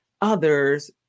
others